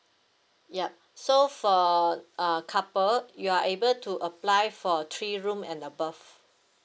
yup so for uh couple you are able to apply for a three room and above